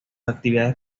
actividades